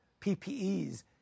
PPEs